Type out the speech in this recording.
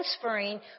transferring